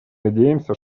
надеемся